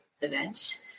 events